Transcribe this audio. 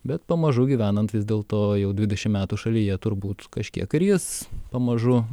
bet pamažu gyvenant vis dėl to jau dvidešim metų šalyje turbūt kažkiek ir jis pamažu